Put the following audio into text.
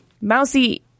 Mousy